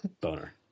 Boner